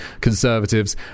Conservatives